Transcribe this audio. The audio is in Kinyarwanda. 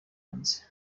hanze